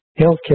healthcare